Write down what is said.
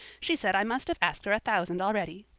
she said i must have asked her a thousand already.